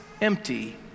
empty